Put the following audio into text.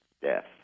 death